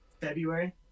February